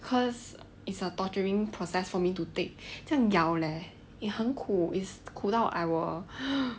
cause it's a torturing process for me to take 这样咬 leh eh 很苦 is 苦到 I will